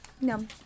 No